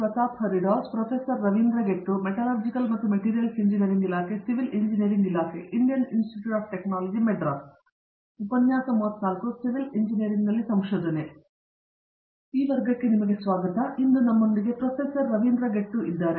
Pratap Haridoss hello ಆದ್ದರಿಂದ ಇಂದು ನಾವು ನಮ್ಮೊಂದಿಗೆ ಪ್ರೊಫೆಸರ್ ರವೀಂದ್ರ ಗೆಟ್ಟು ಇದ್ದಾರೆ